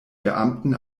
beamten